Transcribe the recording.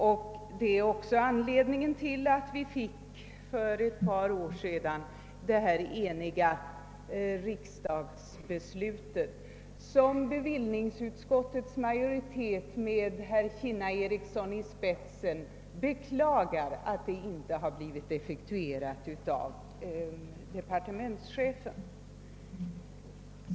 Dessa insatser är också orsaken till att riksdagen för ett par år sedan kunde fatta ett enigt beslut, vilket inte — något som bevillningsutskottets majoritet med herr Ericsson i Kinna i spetsen beklagar — har effektuerats av departementschefen.